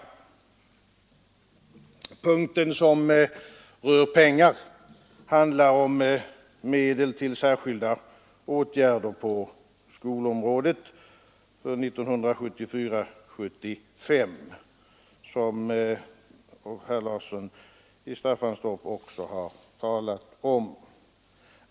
Den punkt som rör pengar behandlar medel till särskilda åtgärder på skolområdet för 1974/75, vilket herr Larsson i Staffanstorp också har talat om.